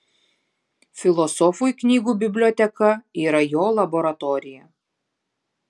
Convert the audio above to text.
filosofui knygų biblioteka yra jo laboratorija